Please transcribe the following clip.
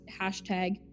hashtag